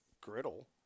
griddle